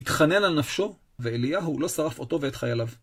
התחנן על נפשו, ואליהו לא שרף אותו ואת חייליו.